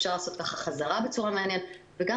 אפשר לעשות ככה חזרה בצורה מעניינת וגם